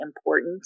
important